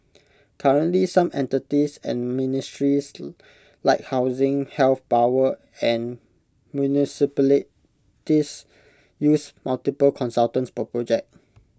currently some entities and ministries like housing health power and municipalities use multiple consultants per project